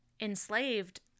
enslaved